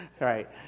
Right